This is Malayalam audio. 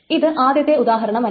ഇത് ആദ്യത്തെ ഉദാഹരണമല്ല